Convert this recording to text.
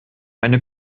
eine